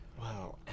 Wow